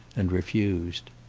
and refused.